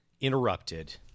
interrupted